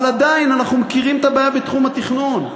אבל עדיין אנחנו מכירים את הבעיה בתחום התכנון.